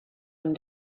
and